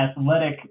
athletic